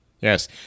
Yes